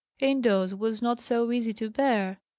indoors was not so easy to bear.